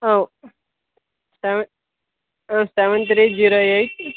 ah seven ah seven three zero eight